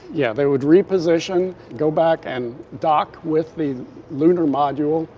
yeah, they would reposition, go back and dock with the lunar module.